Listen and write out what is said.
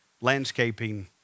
landscaping